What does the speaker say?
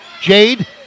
Jade